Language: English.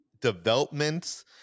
developments